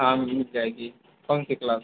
हाँ मिल जाएगी कौन सी क्लास